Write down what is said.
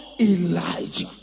Elijah